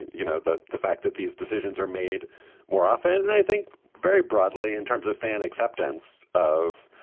you know, the the fact that these decisions are made more often. and i think very broadly in terms of fan acceptance of,